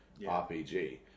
RPG